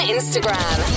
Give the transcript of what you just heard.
Instagram